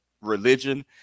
religion